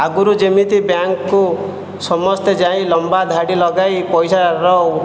ଆଗରୁ ଯେମିତି ବ୍ୟାଙ୍କ୍କୁ ସମସ୍ତେ ଯାଇ ଲମ୍ବା ଧାଡ଼ି ଲଗାଇ ପଇସାର